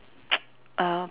uh